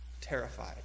terrified